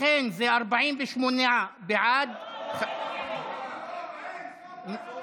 לכן זה 48 בעד, לא, לא.